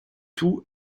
tout